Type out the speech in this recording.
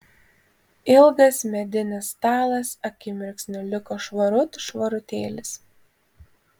ilgas medinis stalas akimirksniu liko švarut švarutėlis